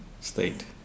state